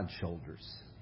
shoulders